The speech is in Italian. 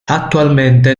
attualmente